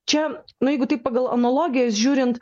čia nu jeigu taip pagal analogijas žiūrint